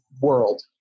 world